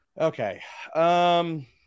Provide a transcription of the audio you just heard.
Okay